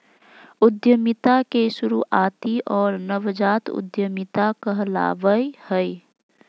उद्यमिता के शुरुआती दौर नवजात उधमिता कहलावय हय